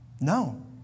No